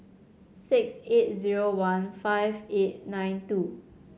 six eight zero one five eight nine two